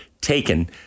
taken